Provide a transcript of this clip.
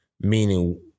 meaning